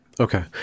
Okay